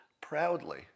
proudly